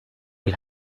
est